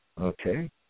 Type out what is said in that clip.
okay